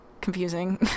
confusing